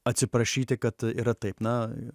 atsiprašyti kad yra taip na